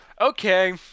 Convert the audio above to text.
Okay